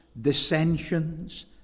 dissensions